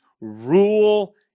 rule